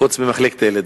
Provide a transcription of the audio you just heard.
חוץ ממחלקת הילדים.